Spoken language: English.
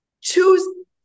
choose